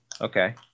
Okay